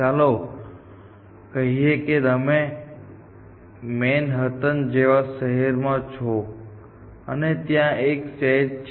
ચાલો કહીએ કે તમે મેનહટન જેવા શહેરમાં છો અને ત્યાં એક સેટ છે